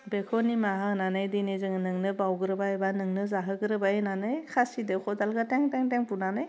बेखौ निमाहा होनानै दिनै जोङो नोंनो बाउग्रोबाय बा नोंनो जाहोग्रोबाय होननानै खासिजों खदालखौ थें थें थें बुनानै